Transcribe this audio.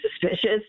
suspicious